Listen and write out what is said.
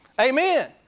Amen